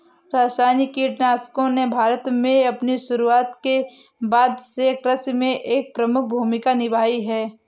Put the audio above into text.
रासायनिक कीटनाशकों ने भारत में अपनी शुरूआत के बाद से कृषि में एक प्रमुख भूमिका निभाई हैं